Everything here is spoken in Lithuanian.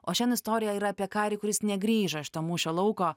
o šiandien istorija yra apie karį kuris negrįžo iš to mūšio lauko